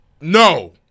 No